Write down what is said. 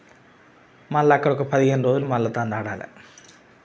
మళ్ళా అక్కడ ఒక పదిహేను రోజులు మళ్ళా దాన్ని ఆడాలా